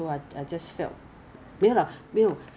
有 ah 有一阵子很流行 snail products [what]